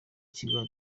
kiganiro